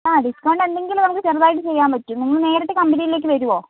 ആ ഡിസ്കൗണ്ട് എന്തെങ്കിലുമൊന്ന് ചെറുതായിട്ട് ചെയ്യാൻ പറ്റും നിങ്ങള് നേരിട്ട് കമ്പനിയിലേക്ക് വരുമോ